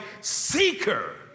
seeker